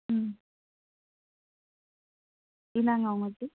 ம் இந்தாங்க அவங்களுக்கு